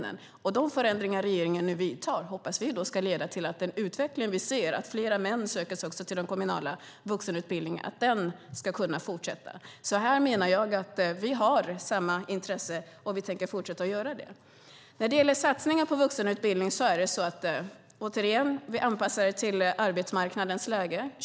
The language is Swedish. Vi hoppas att de förändringar som regeringen nu vidtar ska leda till att den utveckling vi ser, det vill säga att fler män söker sig också till de kommunala vuxenutbildningarna, ska kunna fortsätta. Här menar jag att vi har samma intresse, och vi tänker fortsätta med detta. När det gäller satsningar på vuxenutbildning är det återigen så att vi anpassar dem till arbetsmarknadens läge.